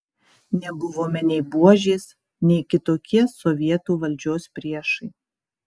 nebuvome nei buožės nei kitokie sovietų valdžios priešai